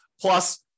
Plus